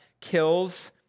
kills